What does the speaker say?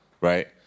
right